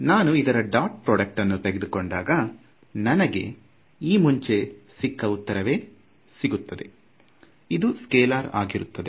ನಾನು ಇದರ dot product ಅನ್ನು ತೆಗೆದುಕೊಂಡಾಗ ನನಗೆ ಈ ಮುಂಚೆ ಸಿಕ್ಕ ಉತ್ತರವೇ ಸಿಗುತ್ತದೆ ಇದು ಸ್ಕೆಲಾರ್ ಆಗಿರುತ್ತದೆ